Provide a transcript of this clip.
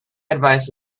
advice